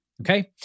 Okay